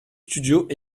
studios